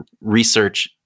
research